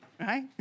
right